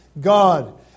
God